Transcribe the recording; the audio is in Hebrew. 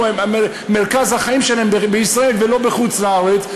מרכז החיים שלהם בישראל ולא בחוץ-לארץ,